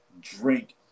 drink